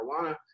marijuana